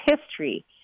history